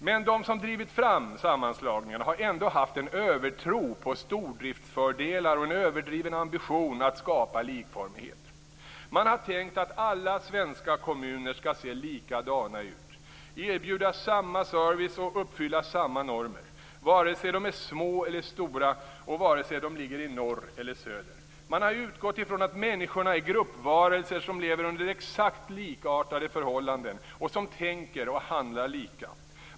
Men de som drivit fram sammanslagningarna har ändå haft en övertro på stordriftsfördelar och en överdriven ambition att skapa likformighet. Man har tänkt att alla svenska kommuner skall se likadana ut, erbjuda samma service och uppfylla samma normer vare sig de är små eller stora och vare sig de ligger i norr eller i söder. Man har utgått ifrån att människorna är gruppvarelser som lever under exakt likadana förhållanden och som tänker och handlar lika.